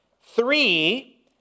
three